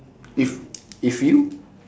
if if you